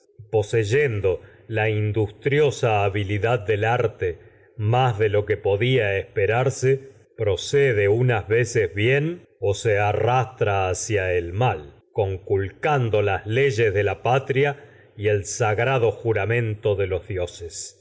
poseyendo la industriosa habi lidad del arte más de lo que podía esperarse procede unas veces bien o se arrastra hacia el mal conculcando las leyes de la patria y el sagrado juramento de los dioses